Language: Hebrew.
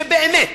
שבאמת